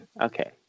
Okay